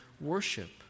worship